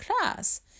class